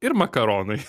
ir makaronai